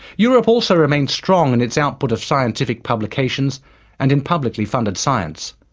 europe also remains strong in its output of scientific publications and in publicly-funded science.